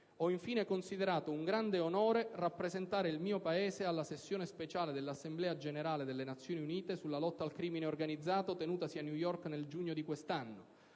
Ho infine considerato un grande onore rappresentare il mio Paese alla sessione speciale dell'Assemblea generale delle Nazioni Unite sulla lotta al crimine organizzato tenutasi a New York nel giugno di questo anno,